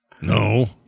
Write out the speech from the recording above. no